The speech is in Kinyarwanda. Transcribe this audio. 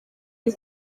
uri